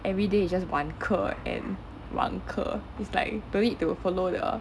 everyday it's just one 课 and one 课 is like don't need to follow the